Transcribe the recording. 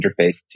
interface